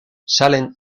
salem